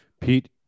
Pete